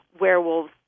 werewolves